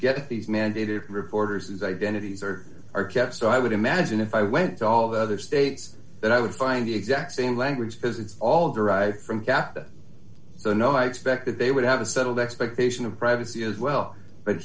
get these mandated reporters identities or are kept so i would imagine if i went to all the other states that i would find the exact same language because it's all derived from captain so no i expect that they would have settled expectation of privacy as well but